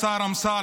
אדוני השר אמסלם,